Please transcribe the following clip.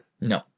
No